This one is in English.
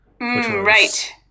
Right